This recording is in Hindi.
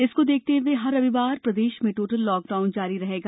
इसको देखते हुए हर रविवार प्रदेश में टोटल लॉकडाउन जारी रहेगा